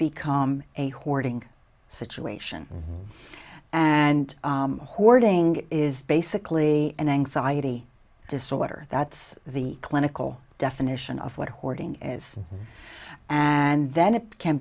become a hoarding situation and hoarding is basically an anxiety disorder that's the clinical definition of what hoarding is and then it can